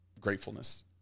Gratefulness